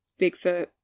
Bigfoot